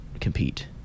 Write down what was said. compete